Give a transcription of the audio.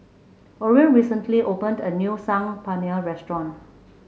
orion recently opened a new Saag Paneer Restaurant